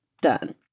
done